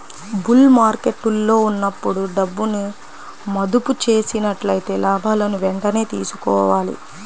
bull మార్కెట్టులో ఉన్నప్పుడు డబ్బును మదుపు చేసినట్లయితే లాభాలను వెంటనే తీసుకోవాలి